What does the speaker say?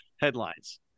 headlines